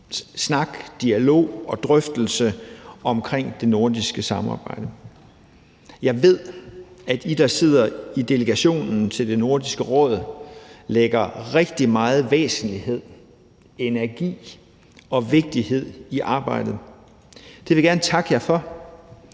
snak, dialog og drøftelse om det nordiske samarbejde. Jeg ved, at I, der sidder i delegationen til Nordisk Råd, lægger rigtig meget væsentlighed, energi og vigtighed i arbejdet. Det vil jeg gerne takke jer for,